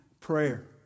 prayer